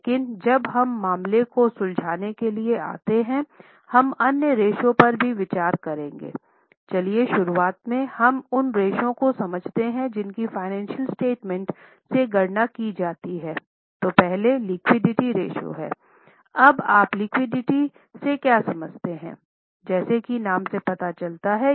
लेकिन जब हम मामले को सुलझाने के लिए आते हैं हम अन्य रेश्यो पर भी विचार करेंगे चलिए शुरुआत में हम उन रेश्यो को समझते हैं जिनकी फ़ाइनेंशियल स्टेटमेंट से गणना की जाती है